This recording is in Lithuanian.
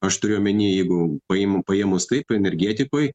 aš turiu omeny jeigu paimu paėmus taip energetikoj